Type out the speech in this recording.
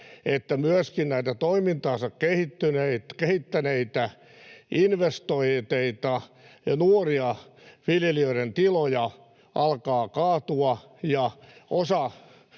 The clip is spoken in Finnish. että myöskin näitä toimintaansa kehittäneitä, investoineita nuorien viljelijöiden tiloja alkaa kaatua, osa